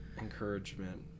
Encouragement